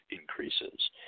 increases